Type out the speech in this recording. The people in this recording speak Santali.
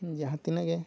ᱡᱟᱦᱟᱸ ᱛᱤᱱᱟᱹᱜ ᱜᱮ